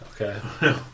Okay